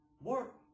work